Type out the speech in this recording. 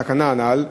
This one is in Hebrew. לתקנה הנ"ל,